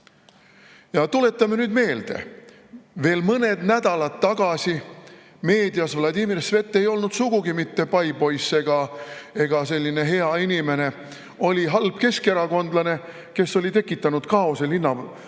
Tuletame nüüd meelde: veel mõned nädalad tagasi ei olnud Vladimir Svet meedias sugugi mitte paipoiss ega selline hea inimene. Ta oli halb keskerakondlane, kes oli tekitanud kaose linna